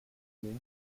career